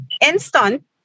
instant